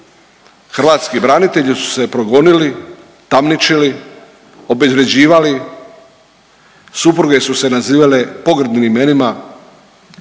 hrvatski branitelji su se progonili, tamničili, obezvrjeđivali, supruge su se nazivale pogrdnim imenima,